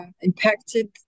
impacted